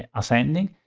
and ascending,